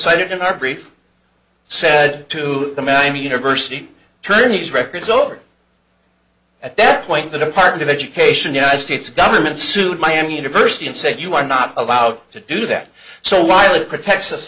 cited in our brief said to the man university attorneys records over at that point the department of education united states government sued miami university and said you are not allowed to do that so while it protects us